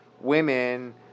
women